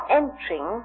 entering